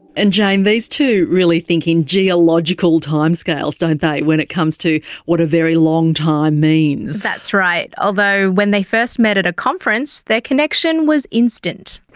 and jane, these two really think in geological timescales, don't they, when it comes to what a very long time means. that's right. although when they first met at a conference, their connection was instant.